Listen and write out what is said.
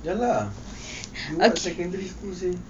ya lah you what secondary school eh